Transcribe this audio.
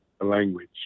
Language